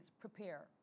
prepare